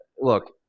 look